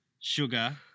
Sugar